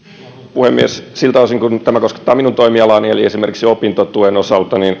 puhemies siltä osin kuin tämä koskettaa minun toimialaani eli esimerkiksi opintotuen osalta